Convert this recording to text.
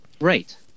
right